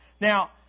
Now